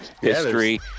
history